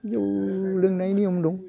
जौ लोंनाय नियम दं